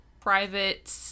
private